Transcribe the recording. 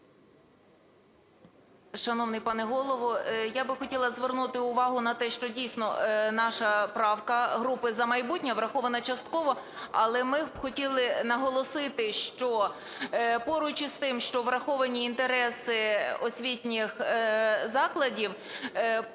Шановний пане Голово, я би хотіла звернути увагу на те, що, дійсно, наша правка, групи "За майбутнє", врахована частково. Але ми хотіли б наголосити, що поруч з тим, що враховані інтереси освітніх закладів,